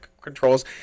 controls